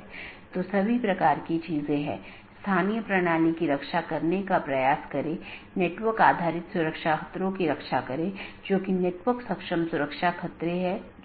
AS के भीतर इसे स्थानीय IGP मार्गों का विज्ञापन करना होता है क्योंकि AS के भीतर यह प्रमुख काम